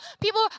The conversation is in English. People